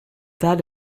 that